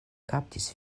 kaptis